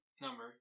number